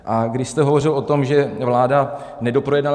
A když jste hovořil o tom, že vláda nedoprojednala...